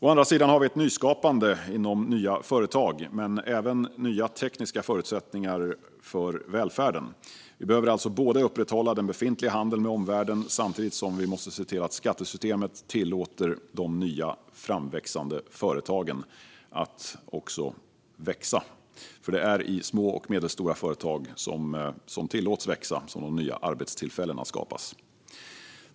Å andra sidan har vi ett nyskapande inom nya företag, men även nya tekniska förutsättningar för välfärden. Vi behöver alltså upprätthålla den befintliga handeln med omvärlden, samtidigt som vi ser till att skattesystemet tillåter de nya framväxande företagen att växa. Det är i små och medelstora företag som tillåts växa som de nya arbetstillfällena skapas.